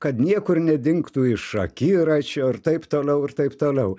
kad niekur nedingtų iš akiračio ir taip toliau ir taip toliau